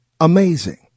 Amazing